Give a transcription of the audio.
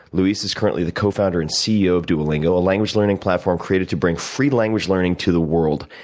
luis is currently the cofounder and ceo of duolingo, a language learning platform created to bring free language learning to the world.